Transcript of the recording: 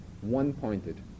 one-pointed